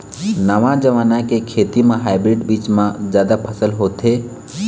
नवा जमाना के खेती म हाइब्रिड बीज म जादा फसल होथे